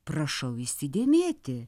prašau įsidėmėti